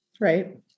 Right